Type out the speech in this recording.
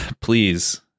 please